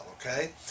Okay